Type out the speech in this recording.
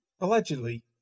Allegedly